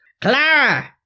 Clara